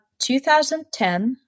2010